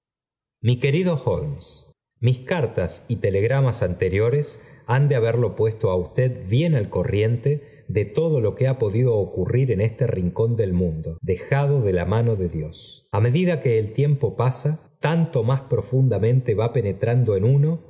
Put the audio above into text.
mi querido holmes mis cartas y telegramas anteriores han de haberlo puesto á usted bien al corriente de todo lo que ha pedido ocurrir en este rincón del mundo dejado de la mano de dios a medida que el tiempo pasa tanto más profundamente va penetrando en el